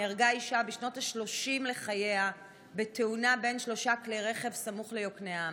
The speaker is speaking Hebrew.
נהרגה אישה בשנות השלושים לחייה בתאונה בין שלושה כלי רכב סמוך ליקנעם.